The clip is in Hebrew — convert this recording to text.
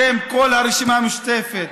בשם כל הרשימה המשותפת,